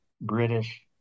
British